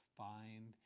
find